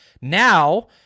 Now